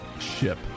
ship